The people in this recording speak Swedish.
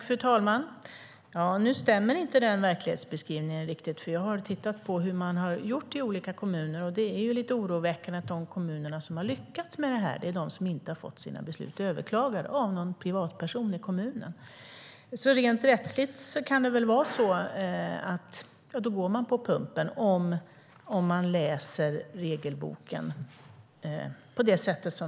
Fru talman! Nu stämmer inte Lars Tysklinds verklighetsbeskrivning riktigt. Jag har tittat på hur man har gjort i olika kommuner. Det är lite oroväckande att de kommuner som har lyckats med detta är de som inte har fått sina beslut överklagade av någon privatperson i kommunen. Rent rättsligt kan man alltså gå på pumpen om man läser regelboken på det sättet.